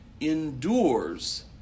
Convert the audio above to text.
endures